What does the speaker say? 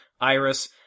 Iris